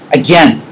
again